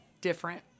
different